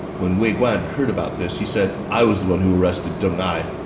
when wei guan heard about this, he said, i was the one who arrested deng ai.